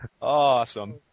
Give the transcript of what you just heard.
Awesome